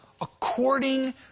according